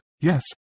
yes